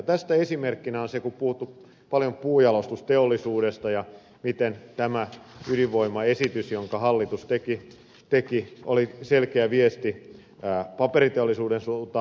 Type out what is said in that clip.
tästä esimerkkinä on se kun on puhuttu paljon puunjalostusteollisuudesta ja miten tämä ydinvoimaesitys jonka hallitus teki oli selkeä viesti paperiteollisuuden suuntaan